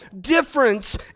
difference